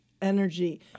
energy